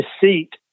deceit